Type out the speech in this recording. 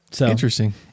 Interesting